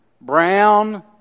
brown